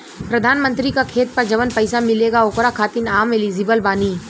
प्रधानमंत्री का खेत पर जवन पैसा मिलेगा ओकरा खातिन आम एलिजिबल बानी?